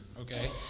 okay